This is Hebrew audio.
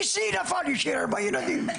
גיסי נפל והשאיר אחריו ארבעה ילדים.